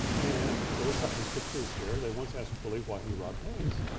and willie sutton, whose picture is here, they once asked willie why he robbed banks,